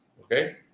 okay